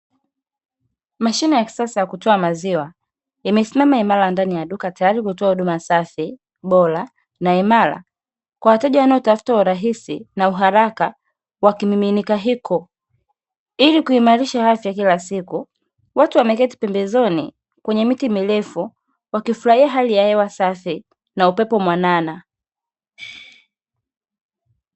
Mashine ya kisasa ya kutoa maziwa imesimama imara ndani ya duka tayari kwa kutoa huduma safi, bora, na imara kwa wateja wanaotafuta urahisi na uharaka wa kimiminika hiko. Ili kuimarisha afya kila siku, wote wameketi pembezoni kwenye miti mrefu wakifurahia hali ya hewa safi na upepo mwanana.